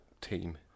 team